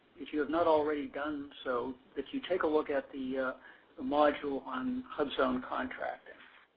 if you have not already done so, that you take a look at the ah module on hubzone contracting.